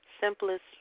simplest